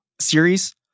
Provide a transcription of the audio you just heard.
series